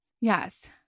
Yes